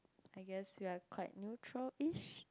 I guess we are quite neutral ish